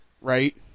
right